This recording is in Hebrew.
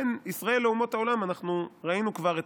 בין ישראל לאומות העולם אנחנו ראינו כבר את